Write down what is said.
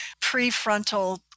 prefrontal